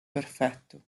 perfetto